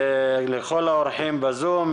לכל האורחים בזום,